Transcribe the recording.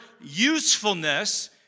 usefulness